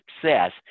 success